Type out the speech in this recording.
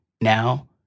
now